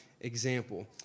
example